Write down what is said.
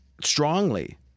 strongly